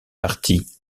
partie